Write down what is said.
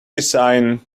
design